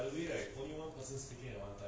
我了可是 scale